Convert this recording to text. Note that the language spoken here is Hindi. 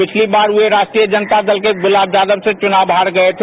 पिछली बार वे राष्ट्रीय जनता दल के गुलाब यादव से चुनाव हार गये थे